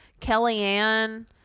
Kellyanne